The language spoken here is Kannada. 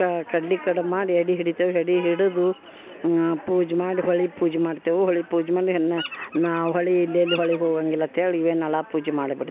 ಕ ಕಡ್ಲೆ ಕಡಬು ಮಾಡಿ ಎಡೆ ಹಿಡಿತೇವೆ ಎಡೆ ಹಿಡಿದು ಪೂಜೆ ಮಾಡಿ ಹೊಳೆ ಪೂಜೆ ಮಾಡ್ತೇವೆ ಹೊಳೆ ಪೂಜೆ ಮಾಡಿ ನಾ ಇಲ್ಲೆಲ್ಲ ಹೊಳಿಗೆ ಹೋಗಂಗಿಲ್ಲ ಅಂತ್ಹೇಳಿ ಇಲ್ಲೇ ನಳ ಪೂಜೆ ಮಾಡಿಬಿಡ್ತೇವೆ